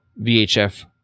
VHF